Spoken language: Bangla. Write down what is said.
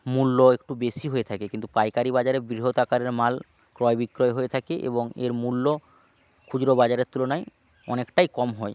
মূল্য একটু বেশি হয়ে থাকে কিন্তু পাইকারি বাজারে বৃহৎ আকারের মাল ক্রয় বিক্রয় হয়ে থাকে এবং এর মূল্য খুচরো বাজারের তুলনায় অনেকটাই কম হয়